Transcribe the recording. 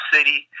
City